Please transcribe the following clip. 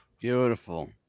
Beautiful